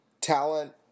talent